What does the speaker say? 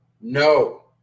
No